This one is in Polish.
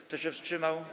Kto się wstrzymał?